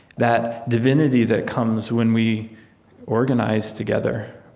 that divinity that comes when we organize together,